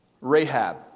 Rahab